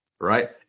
right